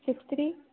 six three